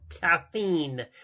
Caffeine